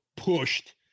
pushed